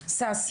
ששי,